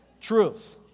truth